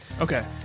Okay